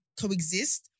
coexist